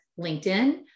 LinkedIn